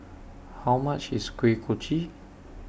How much IS Kuih Kochi